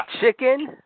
Chicken